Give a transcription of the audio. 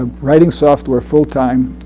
ah writing software full time?